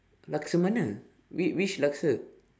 laksa mana which which laksa